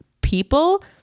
people